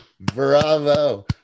bravo